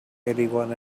anyone